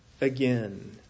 again